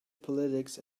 politics